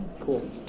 Cool